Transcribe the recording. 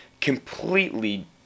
completely